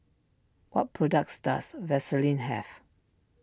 what products does Vaselin have